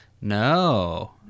No